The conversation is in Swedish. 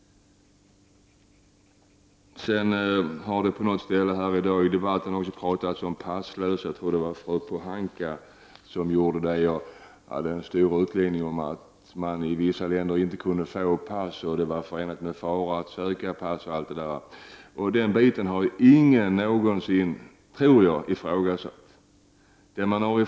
Det har också någon gång under debatten i dag pratats om passlöshet. Jag tror att det var fru Pohanka som gjorde det. Hon hade en stor utläggning om att man i vissa länder inte kunde få pass, att det var förenat med fara att söka pass, m.m. Att det är så tror jag ingen någonsin har ifrågasatt.